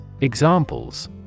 Examples